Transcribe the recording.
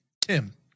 Tim